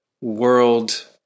world